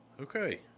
Okay